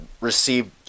received